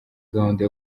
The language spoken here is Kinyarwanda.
gahunda